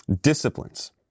disciplines